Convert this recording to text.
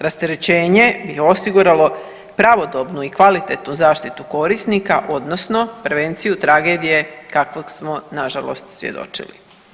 Rasterećenje bi osiguralo pravodobnu i kvalitetnu zaštitu korisnika odnosno prevenciju tragedije kakvoj smo nažalost svjedočili.